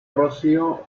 rocío